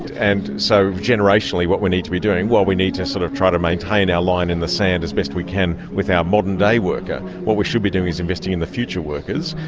and so generationally what we need to be doing, while we need to sort of try to maintain our line in the sand as best we can with our modern-day worker, what we should be doing is investing in the future workers,